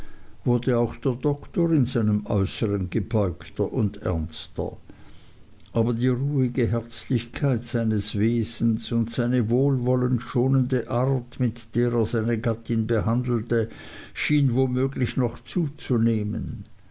wurde auch der doktor in seinem äußern gebeugter und ernster aber die ruhige herzlichkeit seines wesens und seine wohlwollend schonende art mit der er seine gattin behandelte schien womöglich noch zuzunehmen